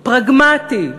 פרגמטי.